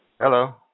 Hello